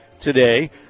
today